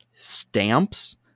stamps